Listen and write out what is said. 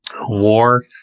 war